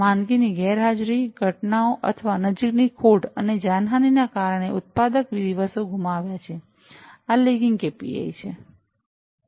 માંદગીની ગેરહાજરી ઘટનાઓ અથવા નજીકની ખોટ અને જાનહાનિના કારણે ઉત્પાદક દિવસો ગુમાવ્યા છે આ લેગિંગ કેપીઆઈ છે